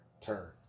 turn